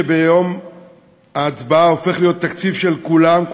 שביום ההצבעה הופך להיות תקציב של כולם,